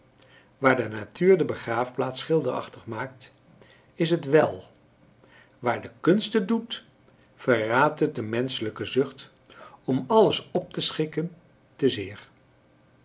waar de natuur de begraafplaats schilderachtig maakt is het wèl waar de kunst het doet verraadt het de menschelijke zucht om alles op te schikken te zeer